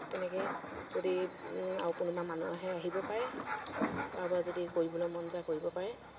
তেনেকৈ যদি আৰু কোনোবা মানুহ আহে আহিব পাৰে কাৰোবাৰ যদি কৰিবলৈ মন যায় কৰিব পাৰে